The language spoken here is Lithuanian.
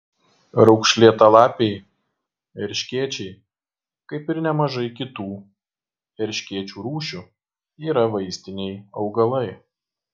raukšlėtalapiai erškėčiai kaip ir nemažai kitų erškėčių rūšių yra vaistiniai augalai